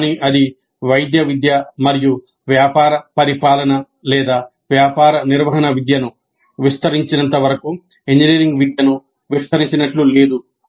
కానీ అది వైద్య విద్య మరియు వ్యాపార పరిపాలన లేదా వ్యాపార నిర్వహణ విద్యను విస్తరించినంతవరకు ఇంజనీరింగ్ విద్యను విస్తరించినట్లు లేదు